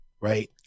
right